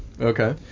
Okay